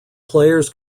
players